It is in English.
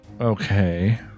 Okay